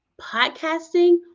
podcasting